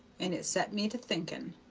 and it set me to thinking.